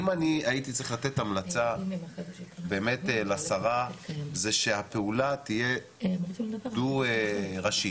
אם אני הייתי צריך לתת המלצה באמת לשרה זה שהפעולה תהיה דו ראשית,